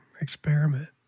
Experiment